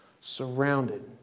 Surrounded